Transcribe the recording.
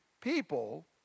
people